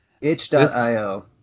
Itch.io